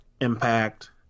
impact